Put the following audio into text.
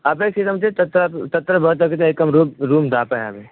अपेक्षितं चेत् तत्र तत्र भवतः कृते एकं रु रुम् दापयामि